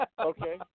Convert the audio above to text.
Okay